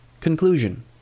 Conclusion